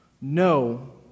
No